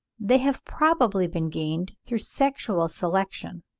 they have probably been gained through sexual selection,